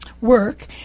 work